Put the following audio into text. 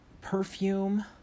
perfume